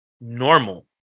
normal